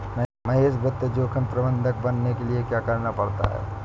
महेश वित्त जोखिम प्रबंधक बनने के लिए क्या करना पड़ता है?